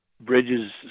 Bridges